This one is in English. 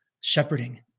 shepherding